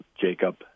Jacob